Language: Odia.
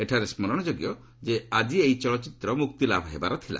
ଏଠାରେ ସ୍କରଣ ଯୋଗ୍ୟ ଯେ ଆଜି ଏହି ଚଳଚ୍ଚିତ୍ର ମୁକ୍ତିଲାଭ ହେବାର ଥିଲା